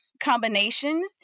combinations